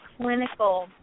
clinical